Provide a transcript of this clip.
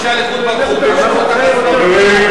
אנשי הליכוד ברחו והשאירו אותם להצביע במקומם.